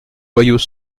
loyaux